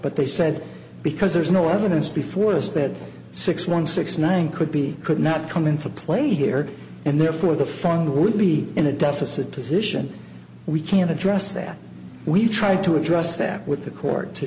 but they said because there's no evidence before us that six one six nine could be could not come into play here and therefore the phone would be in a deficit position we can address that we tried to address that with the court to